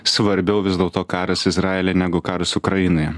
svarbiau vis dėlto karas izraely negu karas ukrainoje